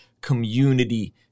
community